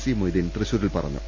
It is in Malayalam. സി മൊയ്തീൻ തൃശൂരിൽ പറഞ്ഞു